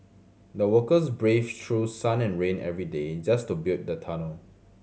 the workers brave through sun and rain every day just to build the tunnel